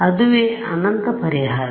ಅದವೇ ಅನಂತ ಪರಿಹಾರಗಳು